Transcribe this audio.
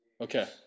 Okay